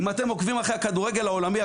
אם אתם עוקבים אחרי הכדורגל העולמי,